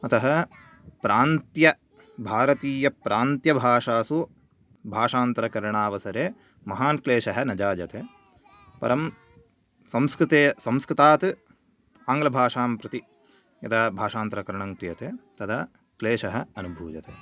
अतः प्रान्त्यभारतीयप्रान्त्यभाषासु भाषान्तरकरणावसरे महान् क्लेशः न जायते परं संस्कृते संस्कृतात् आङ्ग्लभाषां प्रति यदा भाषान्तरकरणं क्रियते तदा क्लेशः अनुभूयते